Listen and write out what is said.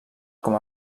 com